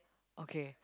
okay